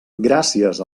gràcies